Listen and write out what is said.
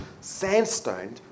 sandstone